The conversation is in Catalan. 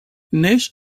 neix